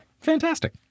fantastic